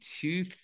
two